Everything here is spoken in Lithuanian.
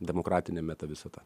demokratinė metavisata